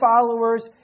followers